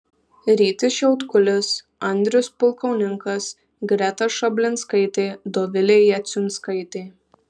rytis šiautkulis andrius pulkauninkas greta šablinskaitė dovilė jaciunskaitė